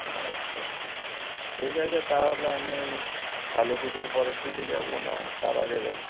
আচ্ছা আচ্ছা ঠিক আছে তাহলে আমি ওই কালী পুজোর পরের দিকে যাব না তার আগে যাব